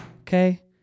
Okay